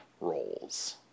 roles